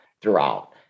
throughout